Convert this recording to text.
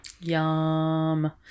Yum